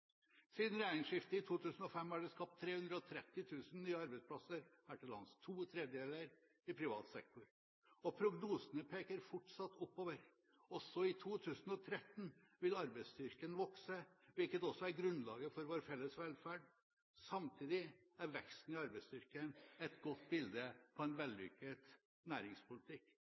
Siden regjeringsskiftet i 2005 er det skapt 330 000 nye arbeidsplasser her til lands, to tredjedeler i privat sektor, og prognosene peker fortsatt oppover. Også i 2013 vil arbeidsstyrken vokse, hvilket også er grunnlaget for vår felles velferd. Samtidig er veksten i arbeidsstyrken et godt bilde på en vellykket næringspolitikk.